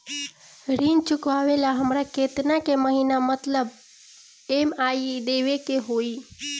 ऋण चुकावेला हमरा केतना के महीना मतलब ई.एम.आई देवे के होई?